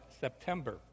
September